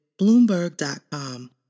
bloomberg.com